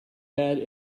bad